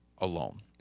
alone